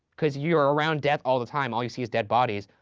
cause you're around death all the time, all you see is dead bodies,